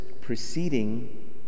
preceding